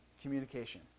communication